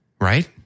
right